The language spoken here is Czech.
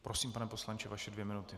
Prosím, pane poslanče, vaše dvě minuty.